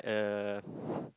a